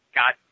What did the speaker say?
got